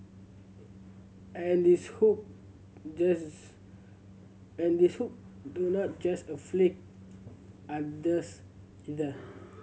and these hook just and these hook do not just afflict others either